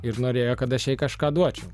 ir norėjo kad aš jai kažką duočiau